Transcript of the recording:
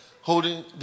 holding